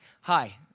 Hi